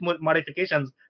modifications